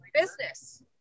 business